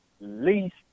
least